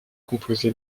composé